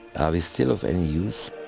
are we still of any use?